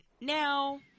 now